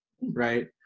Right